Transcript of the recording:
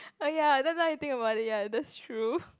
oh ya then now you think about it ya that's true